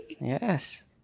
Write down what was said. Yes